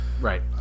right